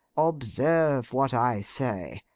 observe what i say.